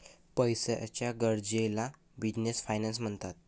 पैशाच्या गरजेला business finance म्हणतात